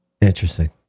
Interesting